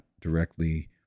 directly